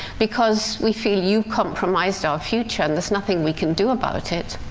because we feel you've compromised our future, and there's nothing we can do about it.